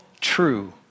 true